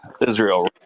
Israel